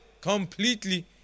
completely